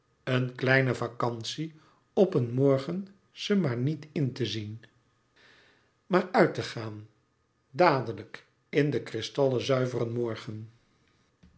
een kleine vacantie op een morgen ze maar niet in te zien maar uit te gaan dadelijk in den kristalle zuiveren morgen